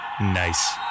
Nice